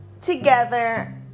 together